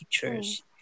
teachers